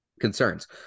concerns